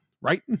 right